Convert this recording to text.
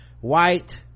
white